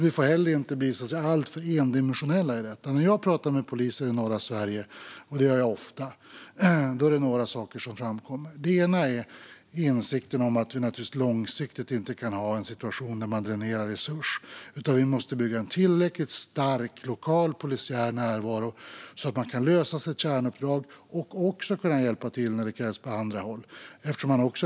Vi får alltså inte bli alltför endimensionella när vi diskuterar detta. När jag talar med poliser i norra Sverige, vilket jag gör ofta, är det några saker som framkommer. En sak är insikten om att vi långsiktigt inte kan ha en situation där man dränerar resurser, utan vi måste bygga en tillräckligt stark lokal polisiär närvaro, så att man kan lösa sitt kärnuppdrag och också hjälpa till på andra håll när det krävs.